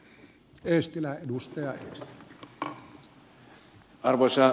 arvoisa puhemies